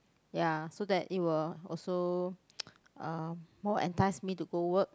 ya so that it will also uh more entice me to go to work